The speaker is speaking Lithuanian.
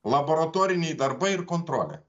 laboratoriniai darbai ir kontrolė